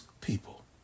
people